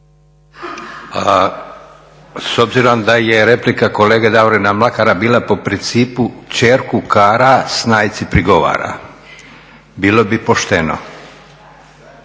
S obzirom da je replika kolege Davorina Mlakara bila po principu "kćerku kara, snajci prigovara" bilo bi pošteno…